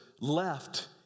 left